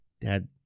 Dad